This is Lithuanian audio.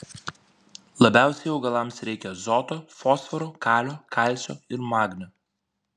labiausiai augalams reikia azoto fosforo kalio kalcio ir magnio